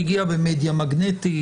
שהגיע במדיה מגנטית?